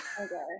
Okay